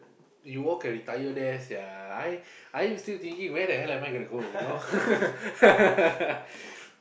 you all can retire there sia I I still thinking where the hell am I gonna you know